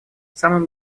самым